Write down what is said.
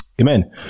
Amen